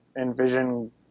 envision